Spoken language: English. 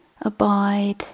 abide